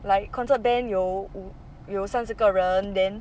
like concert band 有五有三十个人 then